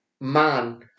man